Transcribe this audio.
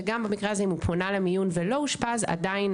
שגם במקרה הזה אם הוא פונה למיון ולא אושפז עדיין